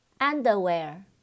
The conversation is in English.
Underwear